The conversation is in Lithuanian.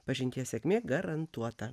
pažinties sėkmė garantuota